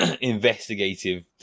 investigative